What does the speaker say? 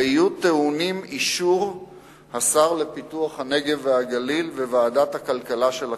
ויהיו טעונים אישור השר לפיתוח הנגב והגליל וועדת הכלכלה של הכנסת.